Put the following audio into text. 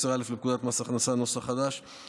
התשל"ג 1973,